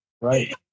right